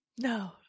no